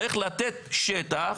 צריך לתת שטח,